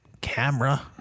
camera